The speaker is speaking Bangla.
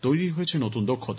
তৈরি হয়েছে নতুন দক্ষতা